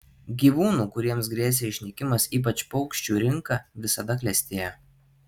gyvūnų kuriems grėsė išnykimas ypač paukščių rinka visada klestėjo